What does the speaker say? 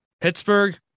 Pittsburgh